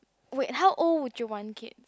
wait how old would you want kid